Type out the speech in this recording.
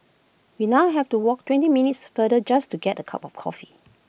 we now have to walk twenty minutes further just to get A cup of coffee